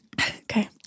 Okay